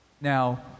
now